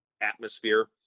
atmosphere